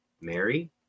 Mary